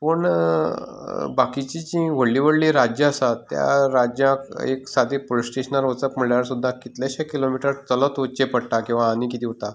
पूण बाकींची जीं व्हडलीं व्हडलीं राज्यां आसा त्या राज्यांक एक सादी पुलीस स्टेशनार वचप म्हणल्यार सुद्दां कितलेशे किलोमीटर चलत वचचें पडटा किंवा आनीक कितें उरता